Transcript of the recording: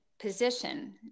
position